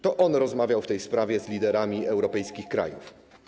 To on rozmawiał w tej sprawie z liderami europejskich krajów.